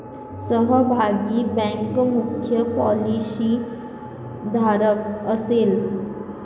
सहभागी बँक मुख्य पॉलिसीधारक असेल